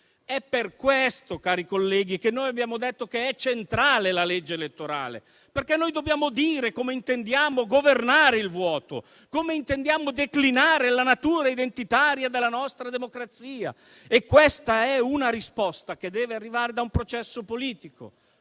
È per questo, cari colleghi, che noi abbiamo detto che è centrale la legge elettorale. Dobbiamo dire come intendiamo governare il vuoto e declinare la natura identitaria della nostra democrazia; e questa è una risposta che deve arrivare da un processo politico.